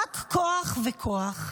רק כוח וכוח.